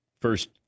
first